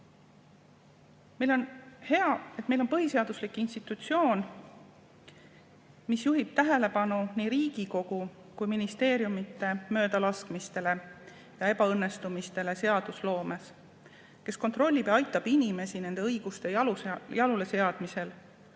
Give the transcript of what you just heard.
võimalus. Hea, et meil on põhiseaduslik institutsioon, mis juhib tähelepanu nii Riigikogu kui ka ministeeriumide möödalaskmistele ja ebaõnnestumistele seadusloomes, kes kontrollib ja aitab inimesi nende õiguste jaluleseadmisel,